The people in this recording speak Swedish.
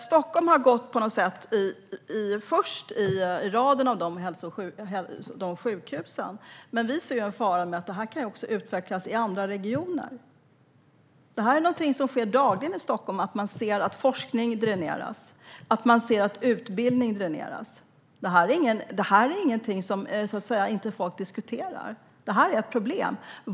Stockholm har gått först i raden av dessa sjukhus, men vi ser en fara med att det här kan utvecklas i andra regioner. Att forskning och utbildning dräneras är någonting som sker dagligen i Stockholm. Det är inte så att folk inte diskuterar detta. Det här är ett problem.